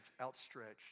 outstretched